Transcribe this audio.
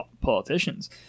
Politicians